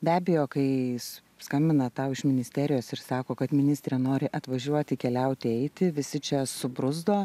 be abejo kai skambina tau iš ministerijos ir sako kad ministrė nori atvažiuoti keliauti eiti visi čia subruzdo